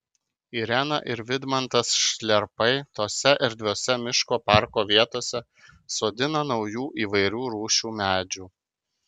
irena ir vidmantas šliarpai tose erdviose miško parko vietose sodina naujų įvairių rūšių medžių